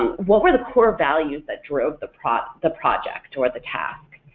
what were the core values that drove the project the project or the task?